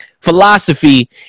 philosophy